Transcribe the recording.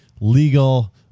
legal